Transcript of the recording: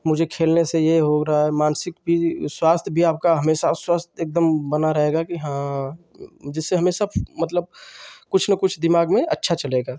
मुझे खेलने से यह हो रहा है मानसिक भी स्वास्थ्य भी आपका हमेशा स्वस्थ एकदम बना रहेगा कि हाँ जिससे हमें सब मतलब कुछ न कुछ दिमाग़ में अच्छा चलेगा